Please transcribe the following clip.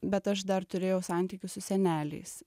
bet aš dar turėjau santykius su seneliais